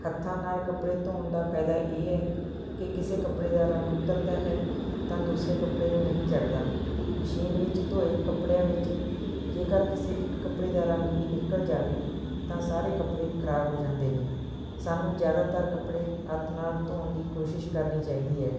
ਹੱਥਾਂ ਨਾਲ ਕੱਪੜੇ ਧੋਣ ਦਾ ਫਾਇਦਾ ਇਹ ਹੈ ਕਿ ਕਿਸੇ ਕੱਪੜੇ ਦਾ ਰੰਗ ਉਤਰਦਾ ਹੈ ਤਾਂ ਦੂਸਰੇ ਕੱਪੜੇ ਨੂੰ ਨਹੀਂ ਚੜਦਾ ਮਸ਼ੀਨ ਵਿੱਚ ਧੋਏ ਕੱਪੜਿਆਂ ਵਿੱਚ ਜੇਕਰ ਕਿਸੇ ਇੱਕ ਕੱਪੜੇ ਦਾ ਰੰਗ ਵੀ ਨਿਕਲ ਜਾਵੇ ਤਾਂ ਸਾਰੇ ਕੱਪੜੇ ਖਰਾਬ ਹੋ ਜਾਂਦੇ ਨੇ ਸਾਨੂੰ ਜ਼ਿਆਦਾਤਰ ਕੱਪੜੇ ਹੱਥ ਨਾਲ ਧੋਣ ਦੀ ਕੋਸ਼ਿਸ਼ ਕਰਨੀ ਚਾਹੀਦੀ ਹੈ